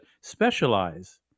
specialize